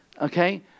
okay